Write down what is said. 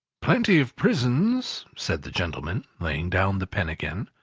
plenty of prisons, said the gentleman, laying down the pen again.